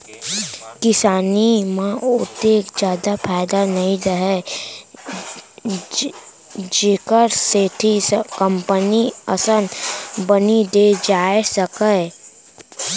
किसानी म ओतेक जादा फायदा नइ रहय जेखर सेती कंपनी असन बनी दे जाए सकय